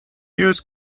use